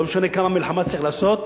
לא משנה כמה מלחמה צריך לעשות,